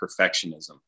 perfectionism